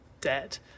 debt